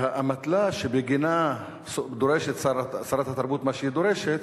והאמתלה שבגינה דורשת שרת התרבות מה שהיא דורשת